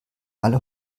alle